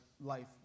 life